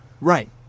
Right